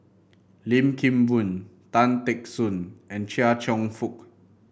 Lim Kim Boon Tan Teck Soon and Chia Cheong Fook